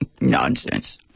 Nonsense